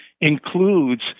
includes